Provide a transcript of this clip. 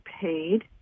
paid